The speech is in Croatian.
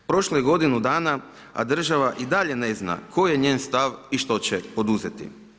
Prošlo je godinu dana, a država i dalje ne zna, koji je njen stav i što će poduzeti.